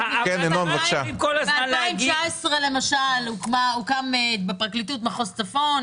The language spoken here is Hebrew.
ב-2019 למשל הוקם בפרקליטות מחוז צפון.